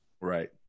Right